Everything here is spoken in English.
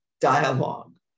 dialogue